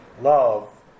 love